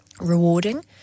rewarding